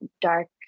dark